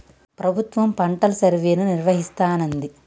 ప్రభుత్వం పంటల సర్వేను నిర్వహిస్తానంది